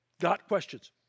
gotquestions